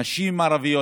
נשים ערביות,